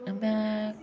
में